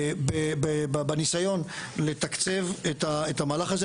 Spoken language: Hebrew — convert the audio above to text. בניסיון לתקצב את המהלך הזה,